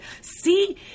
see